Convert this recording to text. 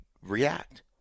react